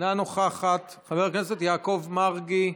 אינה נוכחת, חבר הכנסת יעקב מרגי,